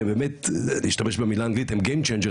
שבאמת אני אשתמש במילה האנגלית הם Game changer,